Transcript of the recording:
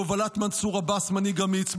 בהובלת מנסור עבאס, מנהיג אמיץ.